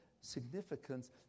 significance